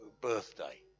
birthday